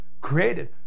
created